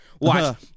Watch